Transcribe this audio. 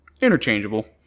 Interchangeable